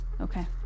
okay